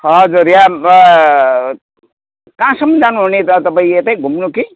हजुर यहाँ कहाँसम्म जानुहुने त तपाईँ यतै घुम्नु कि